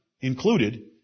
included